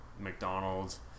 McDonald's